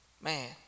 Man